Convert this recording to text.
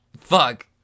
Fuck